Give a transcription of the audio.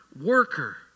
worker